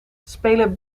spelen